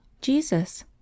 Jesus